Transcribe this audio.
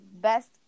Best